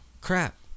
crap